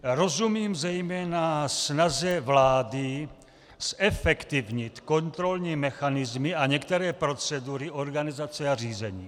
Rozumím zejména snaze vlády zefektivnit kontrolní mechanismy a některé procedury organizace a řízení.